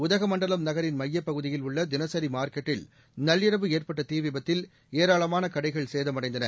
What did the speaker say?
உதகமண்டலம் நகரின் மையப் பகுதியில் உள்ள தினசரி மார்க்கெட்டில் நள்ளிரவு ஏற்பட்ட தீ விபத்தில் ஏராளமான கடைகள் சேதமடைந்தன